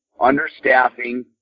understaffing